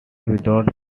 without